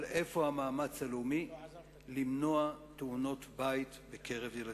אבל איפה המאמץ הלאומי למנוע תאונות-בית בקרב ילדים?